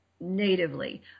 natively